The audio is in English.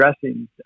dressings